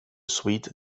sweet